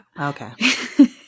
Okay